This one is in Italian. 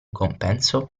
compenso